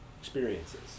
experiences